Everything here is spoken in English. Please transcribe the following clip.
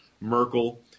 Merkel